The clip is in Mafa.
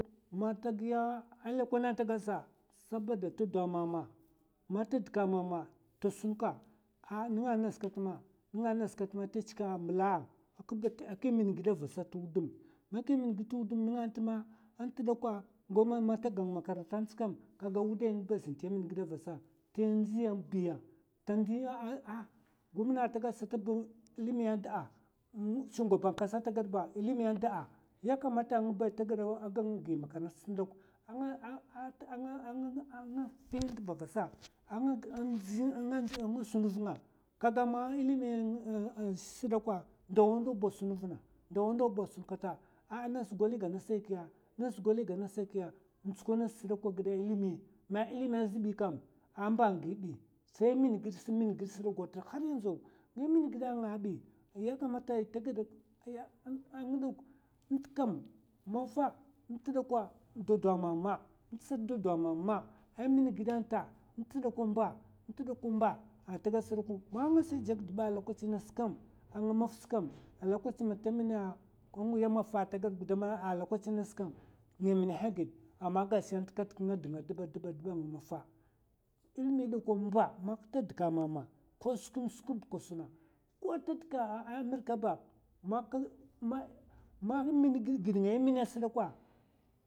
Mata giya lèkwèna ta gad sa, sabada ta ɓo mama. mata dka mama. ta sun ka ah nènga nas kat ma nènga nas kat ata chika mbla, aka min gida vasa twudum, man ka mina gid twudum, nènga ntma ant dakwa, n'gawmè manta gan makaran tskam, kaga wudai ngaba azn ta min gida vasa, ta ndiya biya gumna ta gad sata bn, ilimi anda, shugaban kasa ta gads ilimi anda, ya kamata ngba ta gan gi makaranta an'nga fin ndva vasa a nga sun vunga, kaga ma ilimi zhès sdokwa ndawa ndawa sun vna, ndawa ndaw ba sun kata ah nas gwaliga nasa kiya, nas gwaliga nasa kiya, ntsukwa nasa a'gida ilimi, ma ilimiya zbi kam a mba giai, sai min gid, im min gid sdokwa gwatn haryan zu, nga min gida nga bi, ya kamata ai tagad ani dok, ntkam mafa nt dakwa dad dwa mama, ntsat da dwa mama, a min gida nta, nts dakwa mba, nt dakwa mba, ata gad sdokun matasa jakda ba lakwaci nas kam, ng maf kam, a lakwaci man tè mina kungiya mafa tagad gudam tlakwaci nas kam, nga minaha gid amma gashi ant nga dnga daba daba ng mafa. Ilimi dakwa mba, mak ta dka mama ko skwèm skwèm ba ka suna, ko ta dka amèrica ba ma min gid ghida ngay in mina sdakwa.